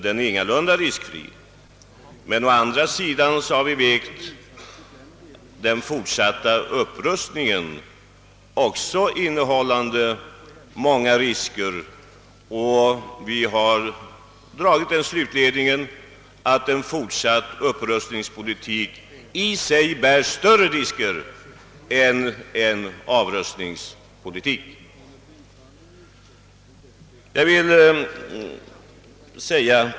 Den är ingalunda risk fri, men å andra sidan har vi mot dessa risker vägt riskerna av fortsatt upprustning, och vi har dragit den slutsatsen, att en fortsatt upprustningspolitik i sig innesluter större risker än en avrustningspolitik.